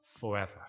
forever